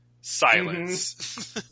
silence